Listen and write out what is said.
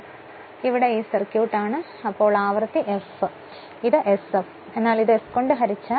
കാരണം ഇവിടെ ഈ സർക്യൂട്ട് ആണ് അത് ഇപ്പോൾ ആവൃത്തി f ആണ് ഇവിടെ ഇത് sf ആണ് എന്നാൽ ഇത് s കൊണ്ട് ഹരിച്ചാൽ